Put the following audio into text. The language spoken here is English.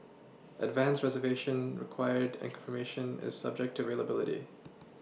advance reservation required and confirmation is subject to availability